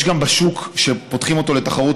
כשפותחים שוק לתחרות,